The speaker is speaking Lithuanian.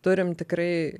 turim tikrai